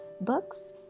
books